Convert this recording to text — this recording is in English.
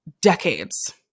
decades